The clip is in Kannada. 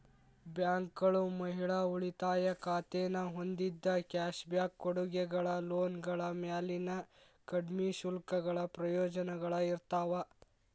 ಬ್ಯಾಂಕ್ಗಳು ಮಹಿಳಾ ಉಳಿತಾಯ ಖಾತೆನ ಹೊಂದಿದ್ದ ಕ್ಯಾಶ್ ಬ್ಯಾಕ್ ಕೊಡುಗೆಗಳ ಲೋನ್ಗಳ ಮ್ಯಾಲಿನ ಕಡ್ಮಿ ಶುಲ್ಕಗಳ ಪ್ರಯೋಜನಗಳ ಇರ್ತಾವ